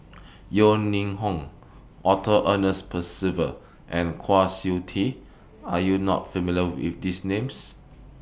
Yeo Ning Hong Arthur Ernest Percival and Kwa Siew Tee Are YOU not familiar with These Names